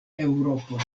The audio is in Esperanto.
eŭropon